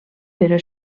però